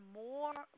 more